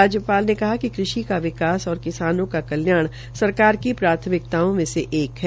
राज्यपाल ने कहा कि कृषि का विकास और किसानों के कल्याण सरकार की प्राथमिकताओं में से एक है